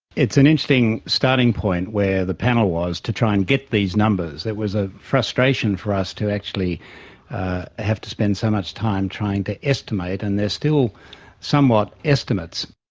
it's an interesting starting point where the panel was to try and get these numbers. it was a frustration for us to actually have to spend so much time trying to estimate, and they are still somewhat estimates.